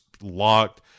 locked